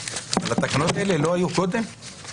נשמח להעמיד לרשותכם את מסד הנתונים שיש לנו מהשטח.